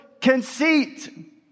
conceit